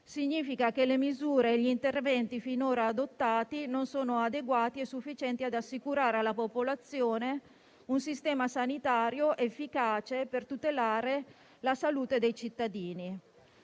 Significa che le misure e gli interventi finora adottati non sono adeguati e sufficienti ad assicurare alla popolazione un sistema sanitario efficace per tutelare la salute dei cittadini.